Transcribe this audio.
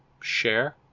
share